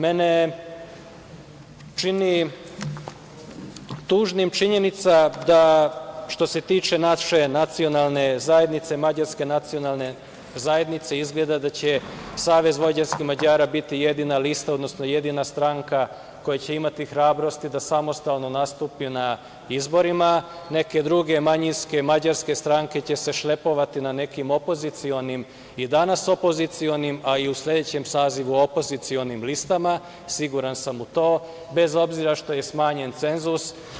Mene čini tužnim činjenica da što se tiče naše nacionalne zajednice, mađarske nacionalne zajednice, izgleda da će SVM biti jedina stranka, koja će imati hrabrosti da samostalno nastupi na izborima, neke druge manjinske mađarske stranke će se šlepovati na nekim opozicionim, i danas opozicionim, a i u sledećem sazivu, opozicionim listama i siguran sam u to, bez obzira što je smanjen cenzus.